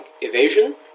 Evasion